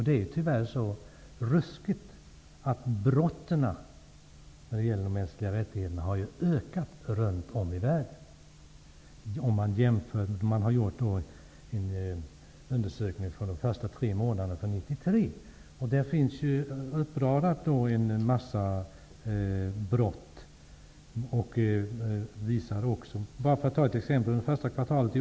Det är tyvärr så ruskigt att brotten mot mänskliga rättigheter har ökat runt om i världen enligt en undersökning för de första tre månaderna av 1993.